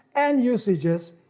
and usages,